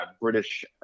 British